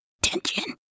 tension